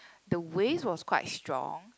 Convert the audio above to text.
the waves was quite strong